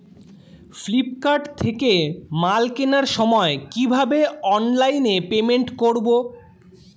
Flipkart থেকে মাল কেনার সময় কিভাবে অনলাইনে পেমেন্ট করব?